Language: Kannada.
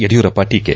ಯಡಿಯೂರಪ್ಪ ಟೀಕೆ